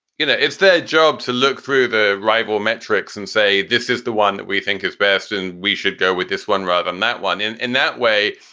you know, it's their job to look through the rival metrics and say this is the one that we think is best and we should go with this one rather than that one in and that way,